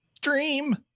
dream